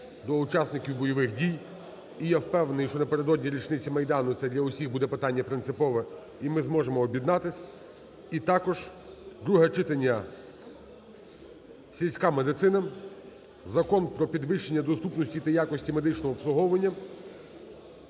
друге читання - сільська медицина, Закон про підвищення доступності та якості медичного обслуговування.